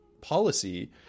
policy